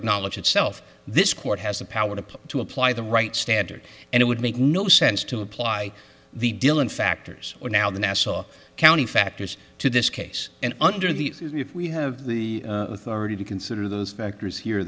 acknowledged itself this court has the power to put to apply the right standard and it would make no sense to apply the dylan factors or now the nassau county factors to this case and under the if we have the authority to consider those factors here